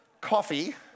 Coffee